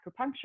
acupuncture